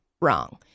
wrong